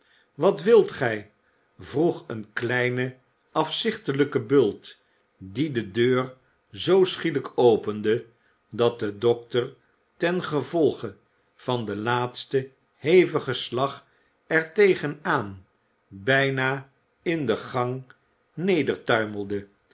wat wilt gij vroeg een kleine afzichtelijke bult die de deur zoo schielijk opende dat de dokter ten gevolge van den laatsten hevigen slag er tegen aan bijna in de gang